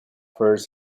furs